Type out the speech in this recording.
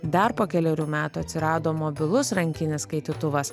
dar po kelerių metų atsirado mobilus rankinis skaitytuvas